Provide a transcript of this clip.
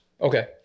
Okay